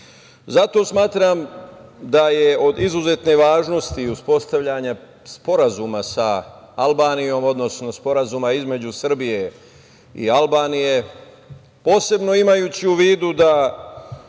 smatram da je od izuzetne važnosti uspostavljanje sporazuma sa Albanijom, odnosno sporazuma između Srbije i Albanije, posebno imajući u vidu da